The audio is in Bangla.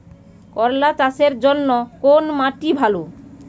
করলা চাষের জন্য কোন মাটি ভালো?